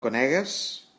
conegues